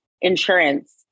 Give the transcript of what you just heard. insurance